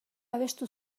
abestu